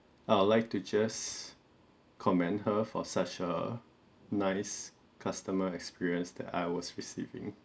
I'd like to just commend her for such a nice customer experience that I was receiving